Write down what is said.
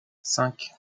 cinq